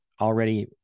already